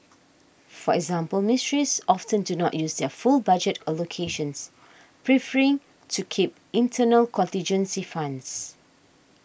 for example ministries often do not use their full budget allocations preferring to keep internal contingency funds